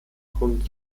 grund